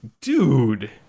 dude